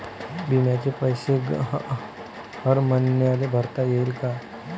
बिम्याचे पैसे हर मईन्याले भरता येते का?